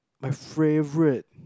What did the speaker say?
my favorite